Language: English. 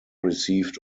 received